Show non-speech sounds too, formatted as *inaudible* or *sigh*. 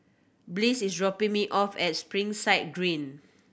Bliss is dropping me off at Springside *unintelligible*